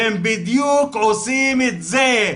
והם בדיוק עושים את זה,